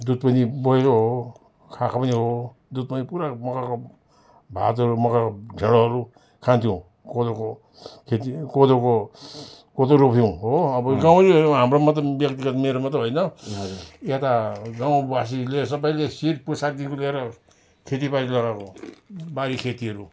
दुध पनि बोकेको हो खाएको पनि हो दुध पनि पुरा मकैको भातहरू मकैको ढिँडोहरू खान्थ्यौँ कोदोको खेती कोदोको कोदो रोप्थ्यौँ हो अब गाउँ नै हाम्रोमा त व्यक्तिगत मेरो मात्रै होइन यता गाउँवासीले सबैले शिर पुच्छरदेखि लिएर खेतीबारी लगाएको बारी खेतीहरू